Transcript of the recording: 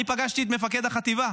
אני פגשתי את מפקד החטיבה.